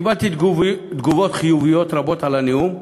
קיבלתי תגובות חיוביות רבות על הנאום,